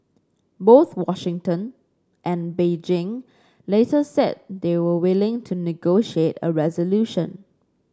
both Washington and Beijing later said they were willing to negotiate a resolution